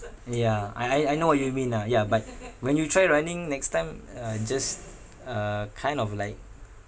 yeah I I I know what you mean ah ya but when you try running next time uh just uh kind of like